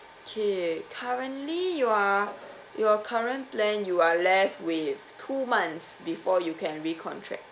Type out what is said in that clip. okay currently you are your current plan you are left with two months before you can recontract